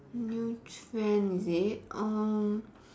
new trend is it um